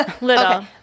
Little